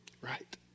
Right